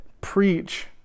preach